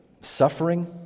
Suffering